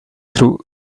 through